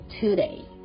today